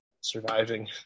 surviving